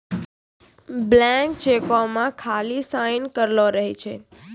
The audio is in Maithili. ब्लैंक चेको मे खाली साइन करलो रहै छै